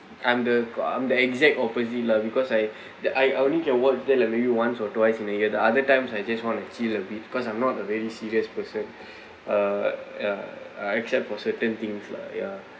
I'm the I'm the exact opposite lah because I the I I only can watch them like maybe once or twice in a year the other times I just want to see a bit cause I'm not a very serious person uh ya uh except for certain things lah ya